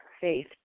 faith